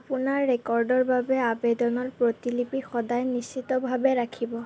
আপোনাৰ ৰেকৰ্ডৰ বাবে আবেদনত প্ৰতিলিপি সদায় নিশ্চিতভাৱে ৰাখিব